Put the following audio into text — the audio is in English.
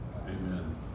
Amen